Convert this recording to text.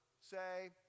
say